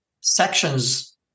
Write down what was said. sections